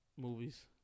movies